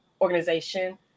organization